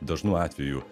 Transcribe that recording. dažnu atveju